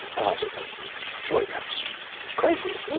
and i said, but surely that's crazy, isn't it?